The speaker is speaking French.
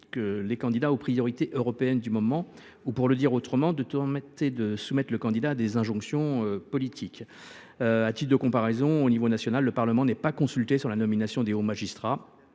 » les candidats aux priorités européennes du moment ou, pour le dire autrement, de tenter de soumettre le candidat à des injonctions politiques. À titre de comparaison, à l’échelon national, le Parlement n’est pas consulté sur la nomination des hauts magistrats